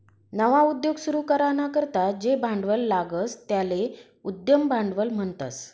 नवा उद्योग सुरू कराना करता जे भांडवल लागस त्याले उद्यम भांडवल म्हणतस